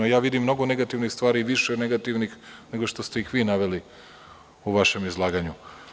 Ja vidim mnogo negativnih stvari, više negativnih nego što ste ih vi naveli u vašem izlaganju.